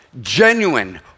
genuine